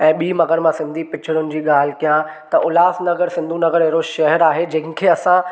ऐं ॿी मगरि मां सिंधी पिचरुनि जी ॻाल्हि कयां त उल्हासनगर सिंधु नगर एहिड़ो शहरु आहे जंहिंखे असां